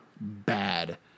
bad